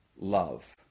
love